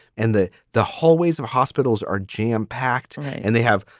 and the the hallways of hospitals are jam packed and they have,